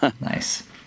Nice